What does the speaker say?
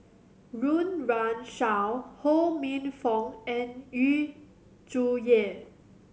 Run Run Shaw Ho Minfong and Yu Zhuye